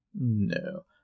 No